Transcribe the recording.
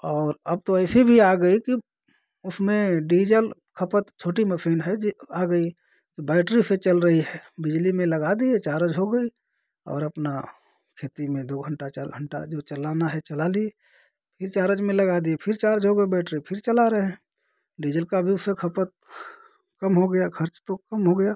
और अब तो ऐसी भी आ गई कि उसमें डीजल खपत छोटी मसीन है जे आ गई तो बैटरी से चल रही है बिजली में लगा दिए चारज हो गई और अपना खेती में दो घंटा चार घंटा जो चलाना है चला लिए फिर चारज में लगा दिए फिर चार्ज हो गई बैटरी फिर चला रहे हैं डीजल का भी उससे खपत कम हो गया खर्च तो कम हो गया